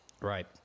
Right